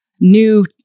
new